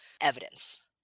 evidence